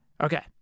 Okay